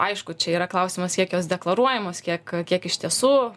aišku čia yra klausimas kiek jos deklaruojamos kiek kiek iš tiesų